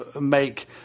make